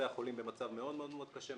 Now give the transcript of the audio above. במצב מאוד מאוד קשה,